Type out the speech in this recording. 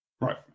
Right